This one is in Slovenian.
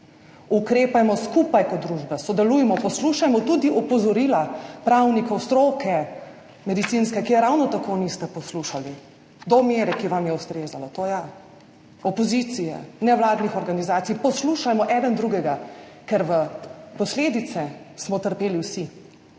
ukrepajmo skupaj kot družba, sodelujmo, poslušajmo tudi opozorila pravnikov, medicinske stroke, ki je ravno tako niste poslušali, do mere, ki vam je ustrezala, ja, opozicije, nevladnih organizacij. Poslušajmo eden drugega, ker posledice smo trpeli vsi,